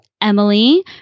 Emily